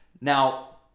now